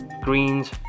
greens